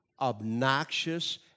obnoxious